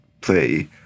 play